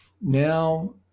now